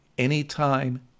Anytime